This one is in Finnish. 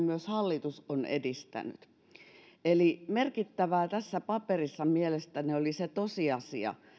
myös hallitus on edistänyt merkittävää tässä paperissa mielestäni oli se tosiasia